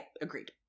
Agreed